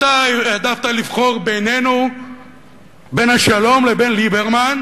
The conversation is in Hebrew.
אתה העדפת לבחור בין השלום לבין ליברמן,